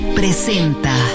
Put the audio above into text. presenta